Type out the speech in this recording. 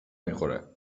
میخوره